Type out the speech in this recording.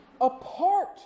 apart